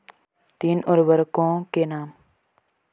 तीन उर्वरकों के नाम?